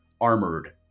armored